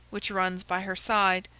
which runs by her side,